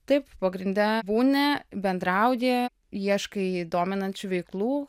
taip pagrinde būni bendrauji ieškai dominančių veiklų